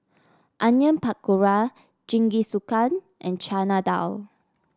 Onion Pakora Jingisukan and Chana Dal